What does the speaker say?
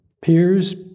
peers